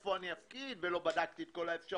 איפה אני אפקיד, לא בדקתי את כל האפשרויות,